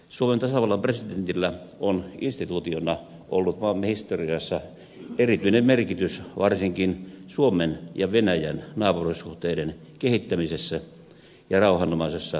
suomen tasavallan presidentillä on instituutiona ollut maamme historiassa erityinen merkitys varsinkin suomen ja venäjän naapurisuhteiden kehittämisessä ja rauhanomaisessa vakiinnuttamisessa